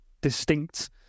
distinct